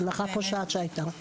הזנחה פושעת שהייתה.